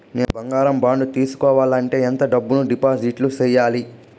నేను బంగారం బాండు తీసుకోవాలంటే ఎంత డబ్బును డిపాజిట్లు సేయాలి?